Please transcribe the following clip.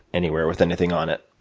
anywhere, with anything on it,